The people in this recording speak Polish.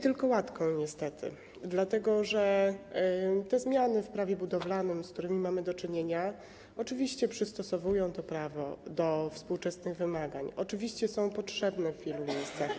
Tylko łatką niestety, dlatego że te zmiany w Prawie budowlanym, z którymi mamy do czynienia, oczywiście przystosowują to prawo do współczesnych wymagań, oczywiście są potrzebne w wielu miejscach.